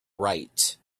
write